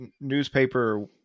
newspaper